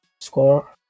score